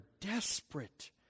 desperate